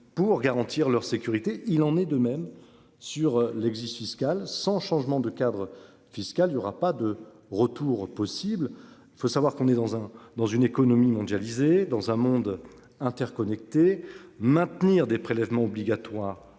pour garantir leur sécurité. Il en est de même sur l'existe fiscale sans changement de cadre fiscal, il n'y aura pas de retour possible. Il faut savoir qu'on est dans un, dans une économie mondialisée, dans un monde interconnecté, maintenir des prélèvements obligatoires